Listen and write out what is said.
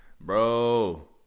bro